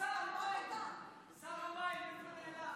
איפה נעלם שר המים?